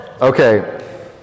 Okay